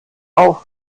auf